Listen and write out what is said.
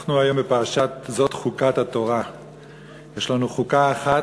אנחנו היום בפרשת "זאת חקת התורה"; יש לנו חוקה אחת,